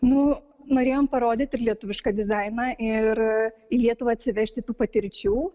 nu norėjom parodyt ir lietuvišką dizainą ir į lietuvą atsivežti tų patirčių